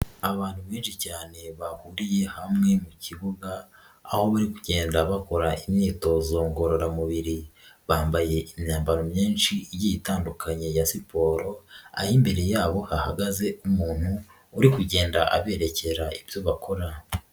Abantu benshi cyane bahuriye hamwe mu kibuga, aho bari kugenda bakora imyitozo ngororamubiri, bambaye imyambaro myinshi igiye itandukanye ya siporo, aho imbere yabo hahagaze umuntu uri kugenda aberekera ibyo bakora.